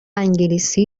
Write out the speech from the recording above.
انگلیسی